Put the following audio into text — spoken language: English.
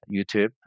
YouTube